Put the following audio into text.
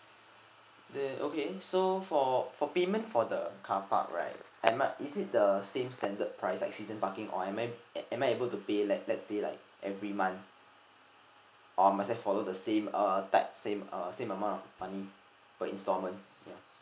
uh okay so for for payment for the carpark right am I is it the same standard price like season parking or am I am am I able to pay like let's say like every month or must I follow the same uh type same uh same amount of money for installment